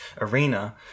arena